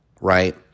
right